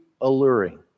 alluring